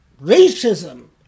racism